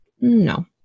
No